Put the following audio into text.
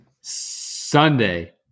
Sunday